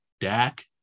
Dak